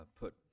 put